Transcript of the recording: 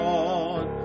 God